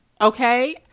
okay